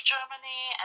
Germany